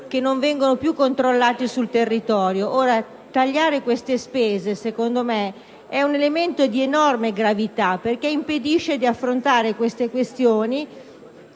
che non vengono più controllati sul territorio. Tagliare queste spese, secondo me, è un elemento di enorme gravità perché impedisce di affrontare tali questioni,